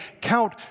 count